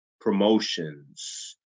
promotions